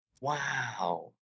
Wow